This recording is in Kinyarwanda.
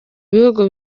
bihugu